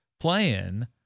Playing